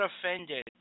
offended